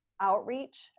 outreach